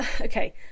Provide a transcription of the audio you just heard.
okay